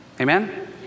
Amen